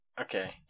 Okay